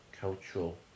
cultural